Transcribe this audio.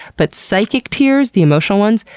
but psychic tears, the emotional ones,